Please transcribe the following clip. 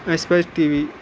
اَسہِ پَزِ T V